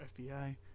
FBI